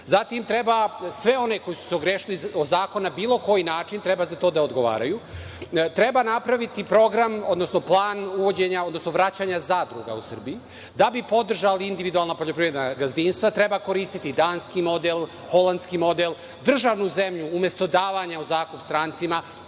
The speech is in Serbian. vlast. Treba svi oni koji su se ogrešili o zakon na bilo koji način da odgovaraju. Treba napraviti program, odnosno plan uvođenja, odnosno vraćanja zadruga u Srbiji, da bi podržali individualna poljoprivredna gazdinstva treba koristiti danski model, holandski model. Državnu zemlju, umesto davanja u zakup strancima,